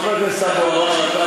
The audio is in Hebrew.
חבר הכנסת אבו עראר,